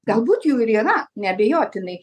galbūt jų ir yra neabejotinai